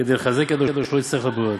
כדי לחזק את ידו שלא יצטרך לבריות".